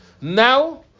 Now